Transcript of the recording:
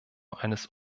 eines